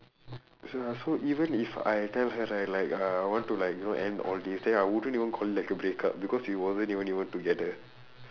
so ya so even if I tell her right like uh I want to like you know end all this then I wouldn't even call it like a break up because we wasn't even together